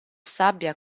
sabbia